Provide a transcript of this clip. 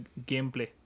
gameplay